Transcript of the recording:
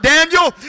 Daniel